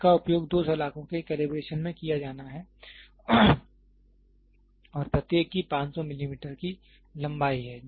इसका उपयोग दो सलाख़ों के कैलिब्रेशन में किया जाना है और प्रत्येक की 500 मिलीमीटर की लंबाई है